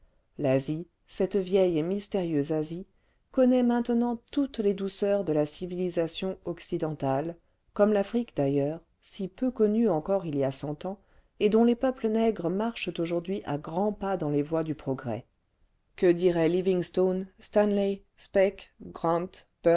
l'asie cette vieille et mystérieuse asie connaît maintenant toutes les douceurs de la civilisation occila jeune afrique les boulevards de gondokoro capitale de la grande république niam niam le vingtième siècle dentale comme l'afrique d'ailleurs si peu connue encore il y a cent ans et dont les peuples nègres marchent aujourd'hui à grands pas dans les voies du progrès que diraient livingstone stanley speeke grant